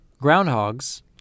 Groundhogs